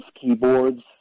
keyboards